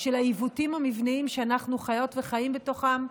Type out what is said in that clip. של העיוותים המבניים שאנחנו חיות וחיים בתוכם,